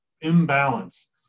imbalance